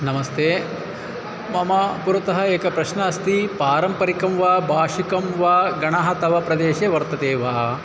नमस्ते मम पुरतः एकः प्रश्नः अस्ति पारम्परिकं वा भाषिकं वा गणः तव प्रदेशे वर्तते वा